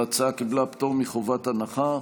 ההצעה קיבלה פטור מחובת הנחה,